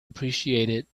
appreciated